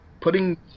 Putting